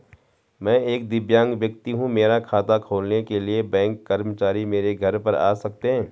मैं एक दिव्यांग व्यक्ति हूँ मेरा खाता खोलने के लिए बैंक कर्मचारी मेरे घर पर आ सकते हैं?